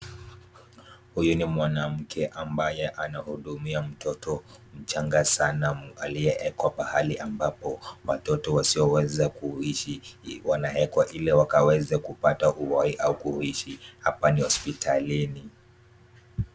Huyu ni mwanamke ambaye anahudumia mtoto mchanga sana aliyekwa pahali ambapo watoto wasioweza kuishi wanawekwa ili wakaweze kupata uhai au kuishi. Hapa ni hospitalini.